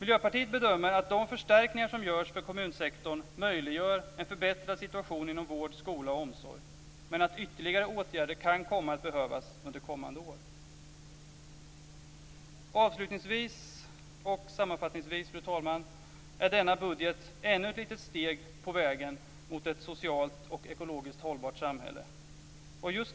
Miljöpartiet bedömer att de förstärkningar som görs för kommunsektorn möjliggör en förbättrad situation inom vård, skola och omsorg men att ytterligare åtgärder kan komma att behövas under kommande år. Avslutningsvis och sammanfattningsvis, fru talman, vill jag säga att denna budget är ännu ett litet steg på vägen mot ett socialt och ekologiskt hållbart samhälle.